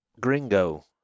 Gringo